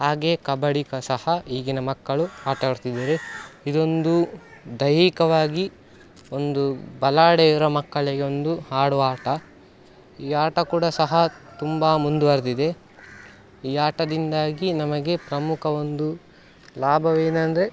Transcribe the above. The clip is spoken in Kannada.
ಹಾಗೇ ಕಬಡ್ಡಿ ಸಹ ಈಗಿನ ಮಕ್ಕಳು ಆಟ ಆಡ್ತಿದ್ದಾರೆ ಇದೊಂದು ದೈಹಿಕವಾಗಿ ಒಂದು ಬಲಾಢ್ಯ ಇರುವ ಮಕ್ಕಳಿಗೆ ಒಂದು ಆಡುವ ಆಟ ಈ ಆಟ ಕೂಡ ಸಹ ತುಂಬ ಮುಂದುವರೆದಿದೆ ಈ ಆಟದಿಂದಾಗಿ ನಮಗೆ ಪ್ರಮುಖ ಒಂದು ಲಾಭವೇನಂದರೆ